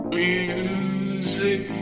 music